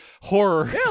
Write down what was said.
horror